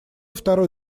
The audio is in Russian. второй